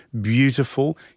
beautiful